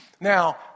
Now